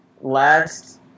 last